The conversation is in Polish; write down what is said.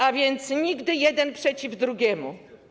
A więc nigdy: jeden przeciw drugiemu”